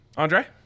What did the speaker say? Andre